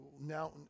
Now